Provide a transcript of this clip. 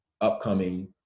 upcoming